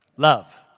love.